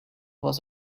was